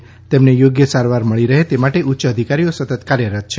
વળી તેમને યોગ્ય સારવાર મળી રહે તે માટે ઉચ્ચ અધિકારીઓ સતત કાર્યરત છે